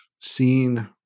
seen